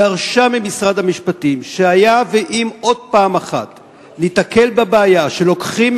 דרשה ממשרד המשפטים שהיה ואם עוד פעם אחת ניתקל בבעיה שלוקחים